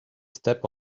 step